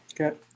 okay